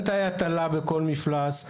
אין תאי הטלה בכל מפלס,